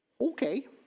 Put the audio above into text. Okay